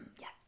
yes